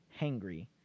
hangry